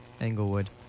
Englewood